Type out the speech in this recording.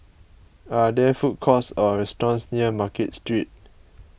are there food courts or restaurants near Market Street